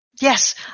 yes